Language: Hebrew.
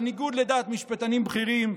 בניגוד לדעת משפטנים בכירים,